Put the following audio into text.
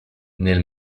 nel